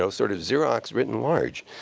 so sort of xerox written large.